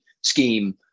scheme